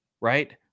right